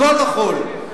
מכול וכול.